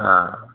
हा